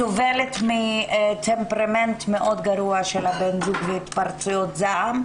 סובלת מטמפרמנט מאוד גרוע של בן הזוג והתפרצויות זעם,